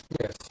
Yes